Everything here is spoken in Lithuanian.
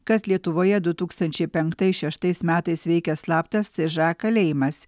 kad lietuvoje du tūkstančiai penktais šeštais metais veikė slaptas cža kalėjimas